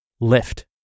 Lift